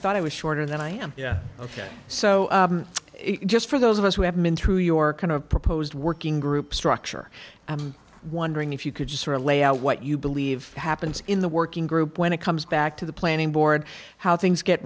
thought it was shorter than i am yeah ok so it just for those of us who haven't been through your kind of proposed working group structure i'm wondering if you could sort of lay out what you believe happens in the working group when it comes back to the planning board how things get